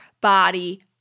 body